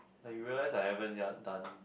like you realise I haven't ya done